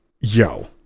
Yo